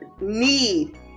need